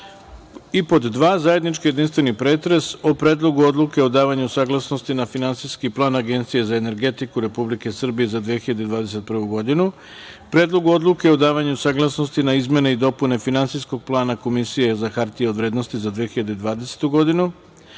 pod dva zajednički jedinstveni pretres o: Predlogu odluke o davanju saglasnosti na Finansijski plan Agencije za energetiku Republike Srbije za 2021. godinu; Predlogu odluke o davanju saglasnosti na Izmene i dopune Finansijskog plana Komisije za hartije od vrednosti za 2020. godinu;